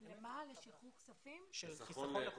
כן.